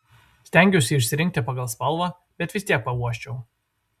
stengiausi išsirinkti pagal spalvą bet vis tiek pauosčiau